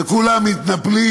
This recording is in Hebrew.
וכולם מתנפלים